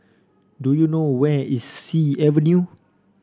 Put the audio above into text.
do you know where is Sea Avenue